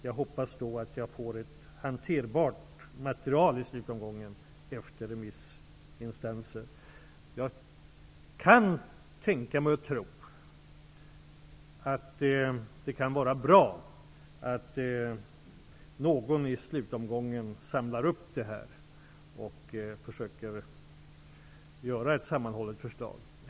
Jag hoppas att jag kommer att få ett hanterbart material i slutomgången när remissinstanserna har sagt sitt. Det kan möjligen vara bra att någon i slutomgången samlar upp det här och försöker komma med ett sammanhållet förslag.